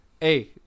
Hey